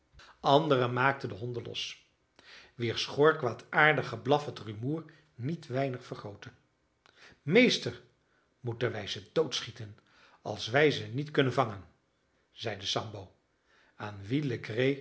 anderen maakten de honden los wier schor kwaadaardig geblaf het rumoer niet weinig vergrootte meester moeten wij ze doodschieten als wij ze niet kunnen vangen zeide sambo aan wien